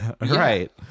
Right